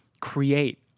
create